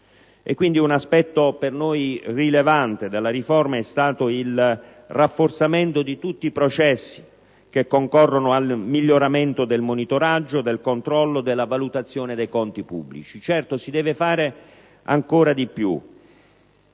Un aspetto per noi rilevante della riforma è pertanto il rafforzamento di tutti i processi che concorrono al miglioramento del monitoraggio, del controllo e della valutazione dei conti pubblici. Certo, si deve fare ancora di più.